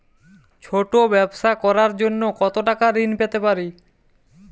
ছোট ব্যাবসা করার জন্য কতো টাকা ঋন পেতে পারি?